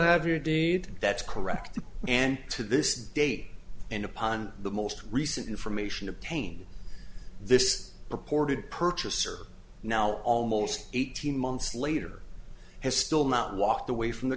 have your deed that's correct and to this day and upon the most recent information obtained this purported purchase are now almost eighteen months later has still not walked away from the